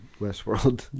Westworld